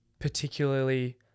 particularly